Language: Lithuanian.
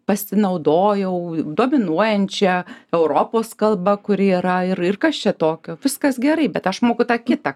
pasinaudojau dominuojančia europos kalba kuri yra ir ir kas čia tokio viskas gerai bet aš moku tą kitą